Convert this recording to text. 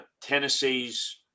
Tennessee's